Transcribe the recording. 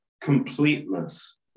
completeness